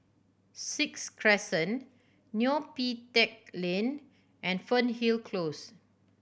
Sixth Crescent Neo Pee Teck Lane and Fernhill Close